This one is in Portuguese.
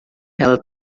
ela